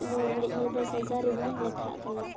ᱟᱵᱚ ᱨᱮᱸᱜᱮᱡ ᱦᱚᱲ ᱫᱚ ᱥᱟᱡᱟ ᱨᱮᱵᱚᱱ ᱞᱮᱠᱷᱟᱜ ᱠᱟᱱᱟ